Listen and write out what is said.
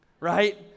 right